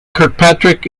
kirkpatrick